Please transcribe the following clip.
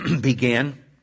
began